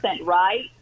right